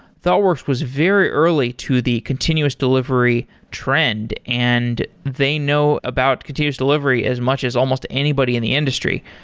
thoughtworks was very early to the continuous delivery trend and they know about continues delivery as much as almost anybody in the industry.